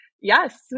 yes